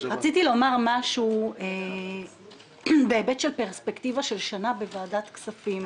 רציתי לומר משהו בפרספקטיבה של שנה בוועדת הכספים,